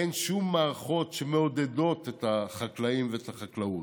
אין שום מערכות שמעודדות את החקלאים ואת החקלאות.